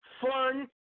fun